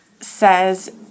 says